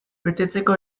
betetzeko